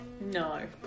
No